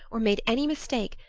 or made any mistake,